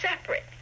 separate